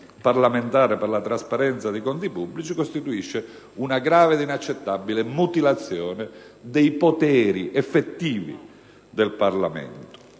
parlamentare per la trasparenza dei conti pubblici costituisce una grave ed inaccettabile mutilazione dei poteri effettivi del Parlamento.